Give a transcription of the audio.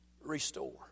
restore